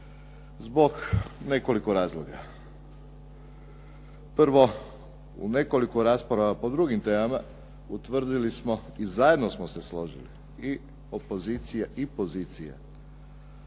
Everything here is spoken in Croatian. zbog nekoliko razloga. Prvo, u nekoliko rasprava po drugim temama utvrdili smo i zajedno smo se složili i opozicija i pozicija,